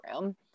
room